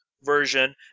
version